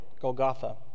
Golgotha